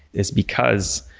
is because